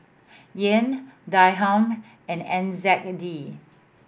Yen Dirham and N Z D